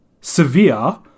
severe